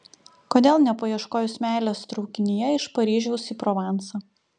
kodėl nepaieškojus meilės traukinyje iš paryžiaus į provansą